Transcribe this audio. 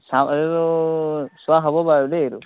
চাওঁ চোৱা হ'ব বাৰু দেই এইটো